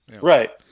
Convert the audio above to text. Right